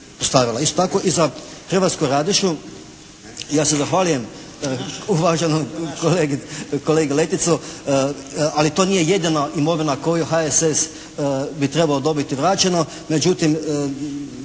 Isto tako i za hrvatskog radišu ja se zahvaljujem uvaženom kolegi Letici ali to nije jedina imovina koju HSS bi trebao dobiti vraćeno. Međutim,